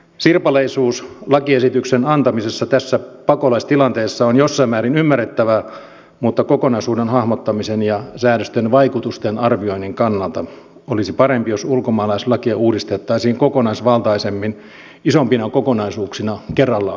sirpaleisuus lakiesityksen antamisessa tässä pakolaistilanteessa on jossain määrin ymmärrettävää mutta kokonaisuuden hahmottamisen ja säädösten vaikutusten arvioinnin kannalta olisi parempi jos ulkomaalaislakia uudistettaisiin kokonaisvaltaisemmin isompina kokonaisuuksina kerrallaan